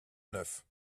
neuf